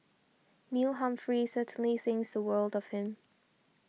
Neil Humphrey certainly thinks the world of him